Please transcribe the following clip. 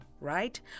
right